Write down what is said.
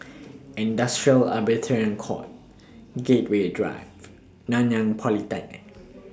Industrial Court Gateway Drive Nanyang Polytechnic